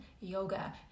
yoga